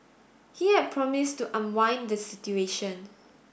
he had promised to unwind the situation